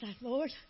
Lord